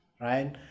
right